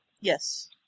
Yes